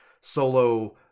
solo